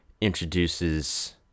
introduces